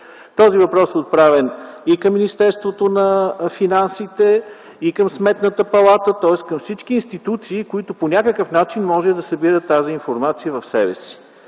Този въпрос е отправен и към Министерството на финансите, и към Сметната палата, тоест към всички институции, които по някакъв начин могат да събират тази информация в себе си.